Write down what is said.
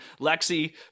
Lexi